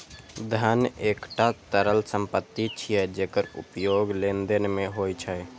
धन एकटा तरल संपत्ति छियै, जेकर उपयोग लेनदेन मे होइ छै